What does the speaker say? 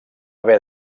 haver